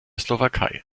slowakei